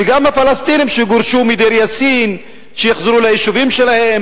שגם הפלסטינים שגורשו מדיר-יאסין יחזרו ליישובים שלהם,